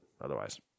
otherwise